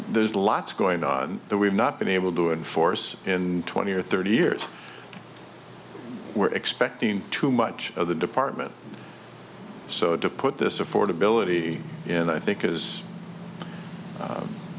there's lots going on that we've not been able to enforce in twenty or thirty years we're expecting too much of the department so to put this affordability in i think is